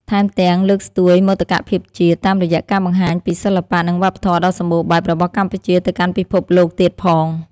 ថែមទាំង លើកស្ទួយមោទកភាពជាតិ តាមរយៈការបង្ហាញពីសិល្បៈ និងវប្បធម៌ដ៏សម្បូរបែបរបស់កម្ពុជាទៅកាន់ពិភពលោកទៀតផង។